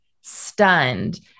stunned